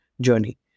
journey